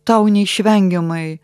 tau neišvengiamai